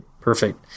Perfect